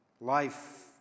life